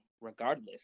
regardless